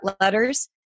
letters